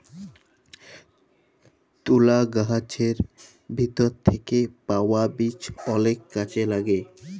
তুলা গাহাচের ভিতর থ্যাইকে পাউয়া বীজ অলেক কাজে ল্যাগে